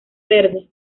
verde